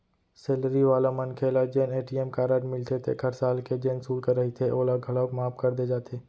salary वाला मनखे ल जेन ए.टी.एम कारड मिलथे तेखर साल के जेन सुल्क रहिथे ओला घलौक माफ कर दे जाथे